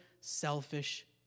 selfish